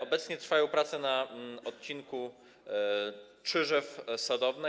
Obecnie trwają prace na odcinku Czyżew - Sadowne.